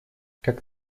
как